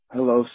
Hello